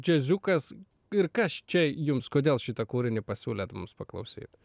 džiaziukas ir kas čia jums kodėl šitą kūrinį pasiūlėt mums paklausyt